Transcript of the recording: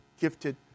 gifted